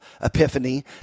epiphany